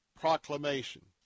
proclamation